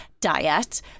diet